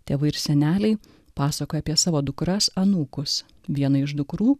tėvai ir seneliai pasakoja apie savo dukras anūkus viena iš dukrų